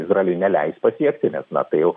izraeliui neleis pasiekti nes na tai jau